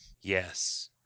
yes